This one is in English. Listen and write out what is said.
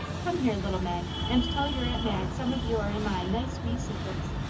come here, little mag, and tell your aunt mag some of your and my nice wee secrets.